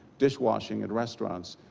dish washing in restaurants.